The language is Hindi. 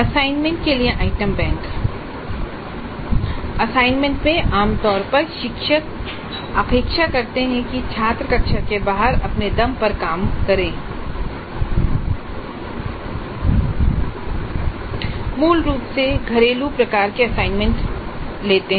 असाइनमेंट के लिए आइटम बैंक असाइनमेंट में आमतौर पर शिक्षक अपेक्षा करते हैं कि छात्र कक्षा के बाहर अपने दम पर काम करें मूल रूप से घरेलू प्रकार के असाइनमेंट लेते हैं